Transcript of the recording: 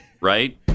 right